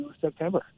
September